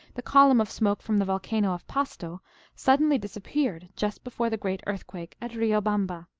the column of smoke from the volcano of pasto suddenly disappeared just before the great earthquake at riobamba.